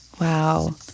Wow